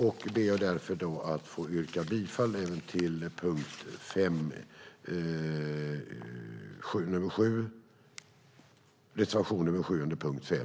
Jag ber därför att få yrka bifall även till reservation 7 under punkt 6.